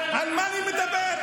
על מה אני מדבר?